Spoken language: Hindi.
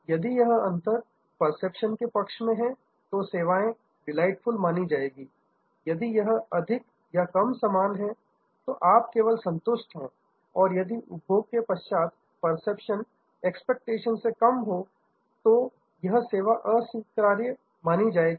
यदि यह अंतर परसेप्शन के पक्ष में है तो सेवाएं डीलाइटफुल मानी जाएंगी यदि यह अधिक या कम समान है तो आप केवल संतुष्ट हैं और यदि उपभोग के पश्चात परसेप्शन एक्सपेक्टेशन से कम है तो यह सेवा अस्वीकार्य मानी जाएगी